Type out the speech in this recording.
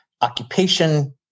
occupation